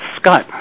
Scott